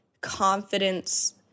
confidence